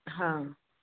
हा